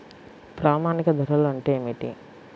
ప్రామాణిక ధరలు అంటే ఏమిటీ?